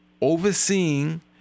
overseeing